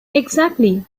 exactly